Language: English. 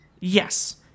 Yes